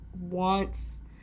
wants